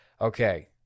Okay